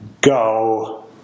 go